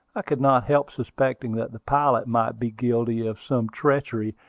i could not help suspecting that the pilot might be guilty of some treachery,